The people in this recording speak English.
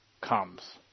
comes